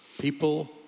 people